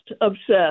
Obsessed